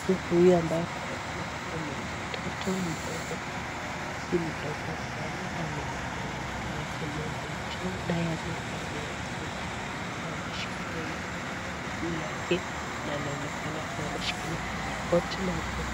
Mtu huyu ambaye anaonekana bado ni mtoto mdogo si mdogo sana. Ameiekeleya mguu yake moja juu naye anayekaa kando yake mwenye amesimama ameshikilia hiyo miguu yake. Na anaonekana kuwa ameshikilia kwa magoti na huku